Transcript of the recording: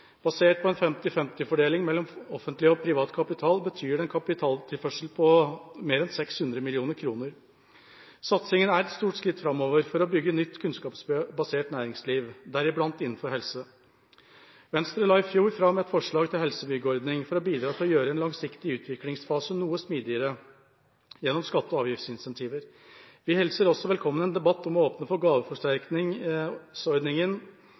Basert på en 50–50-fordeling mellom offentlig og privat kapital betyr det en kapitaltilførsel på mer enn 600 mill. kr. Satsingen er et stort skritt framover for å bygge nytt kunnskapsbasert næringsliv, deriblant innenfor helse. Venstre la i fjor fram et forslag til helsebyggordning for å bidra til å gjøre en langsiktig utviklingsfase noe smidigere gjennom skatte- og avgiftsincentiver. Vi hilser også velkommen en debatt om å åpne for